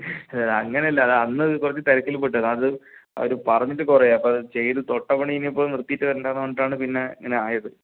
ഹ് അങ്ങനെ അല്ല അത് അന്നത് കുറച്ച് തിരക്കിൽ പെട്ടതാണ് അത് അവര് പറഞ്ഞിട്ട് കുറെ ആ അപ്പോൾ അത് ചെയ്ത് തൊട്ടപ്പണി ഇനിയിപ്പം നിർത്തീട്ട് വരണ്ടാന്ന് പറഞ്ഞിട്ടാണ് പിന്നെ ഇങ്ങനെ ആയത്